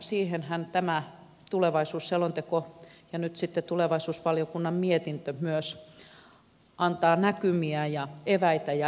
siihenhän tämä tulevaisuusselonteko ja nyt sitten myös tulevaisuusvaliokunnan mietintö antavat näkymiä ja eväitä ja ideoita